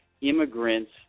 immigrants